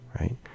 right